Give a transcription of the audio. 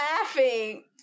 laughing